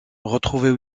retrouver